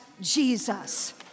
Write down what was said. Jesus